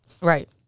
Right